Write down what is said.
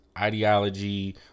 ideology